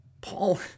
Paul